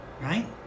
right